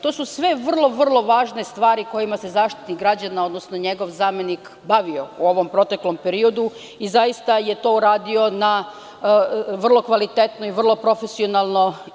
To su sve vrlo važne stvari kojima se Zaštitnik građana, odnosno njegov zamenik bavio u ovom proteklom periodu i to je uradio na vrlo kvalitetno i profesionalno.